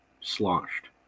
sloshed